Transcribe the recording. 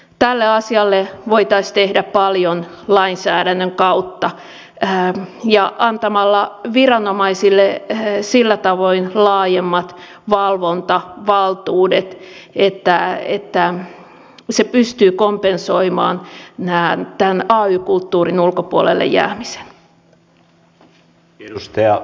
tälle asialle voitaisiin tehdä paljon lainsäädännön kautta ja antamalla viranomaiselle sillä tavoin laajemmat valvontavaltuudet että se pystyy kompensoimaan tämän ay kulttuurin ulkopuolelle jäämisen